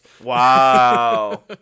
Wow